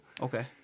Okay